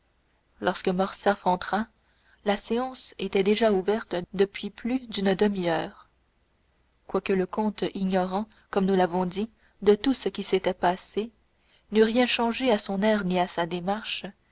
lorsque morcerf entra la séance était déjà ouverte depuis plus d'une demi-heure quoique le comte ignorant comme nous l'avons dit de tout ce qui s'est passé n'eût rien changé à son air ni à sa démarche